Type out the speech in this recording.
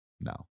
No